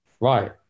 right